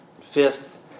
Fifth